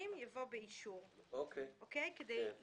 רק באישור השר כי הגריעה